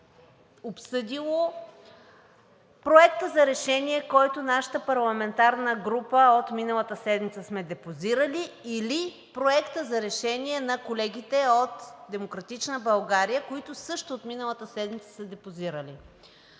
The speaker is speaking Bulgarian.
обсъдило Проекта за решение, който нашата парламентарна група от миналата седмица сме депозирали, или Проекта на решение на колегите от „Демократична България“, които също миналата седмица са депозирали.